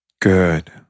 Good